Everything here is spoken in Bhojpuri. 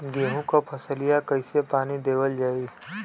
गेहूँक फसलिया कईसे पानी देवल जाई?